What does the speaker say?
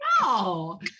No